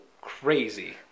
crazy